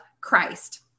Christ